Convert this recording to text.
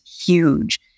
huge